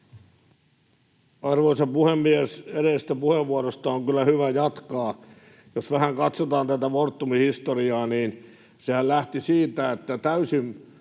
Arvoisa puhemies! Edellisestä puheenvuorosta on kyllä hyvä jatkaa. Jos vähän katsotaan tätä Fortumin historiaa, niin sehän lähti siitä, että täysin